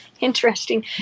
interesting